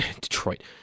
Detroit